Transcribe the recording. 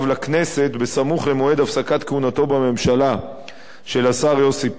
לכנסת בסמוך למועד הפסקת כהונתו בממשלה של השר יוסי פלד,